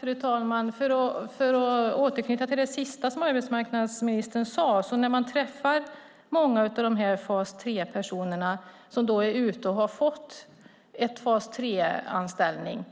Fru talman! Låt mig återknyta till det sista som arbetsmarknadsministern sade. När man träffar dessa fas 3-personer som har fått en fas 3-anställning